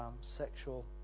sexual